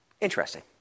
Interesting